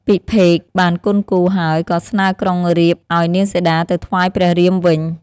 ពិភេកបានគន់គូរហើយ ក៏ស្នើក្រុងរាពណ៍ ឱ្យនាងសីតាទៅថ្វាយព្រះរាមវិញ។